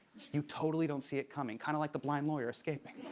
you totally don't see it coming, kind of like the blind lawyer escaping.